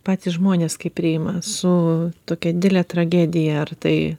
patys žmonės kaip priima su tokia didele tragedija ar tai